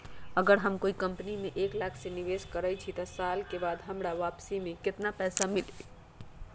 अगर हम कोई कंपनी में एक लाख के निवेस करईछी त एक साल बाद हमरा वापसी में केतना मिली?